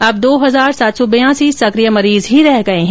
अब दो हजार सात सौ बियासी सकिय मरीज ही रह गए हैं